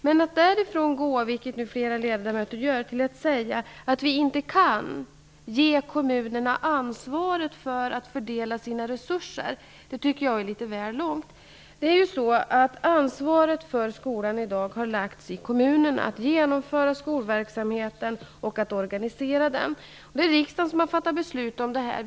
Men det är att gå litet väl långt när man, som många ledamöter nu gör, säger att vi inte kan ge kommunerna ansvaret för fördelningen av deras resurser. Ansvaret för skolan när det gäller att genomföra och organisera verksamheten har kommunerna. Riksdagen har fattat beslut om detta.